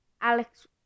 Alex